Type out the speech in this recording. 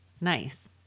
Nice